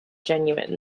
genuine